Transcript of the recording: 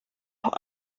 los